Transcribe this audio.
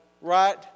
right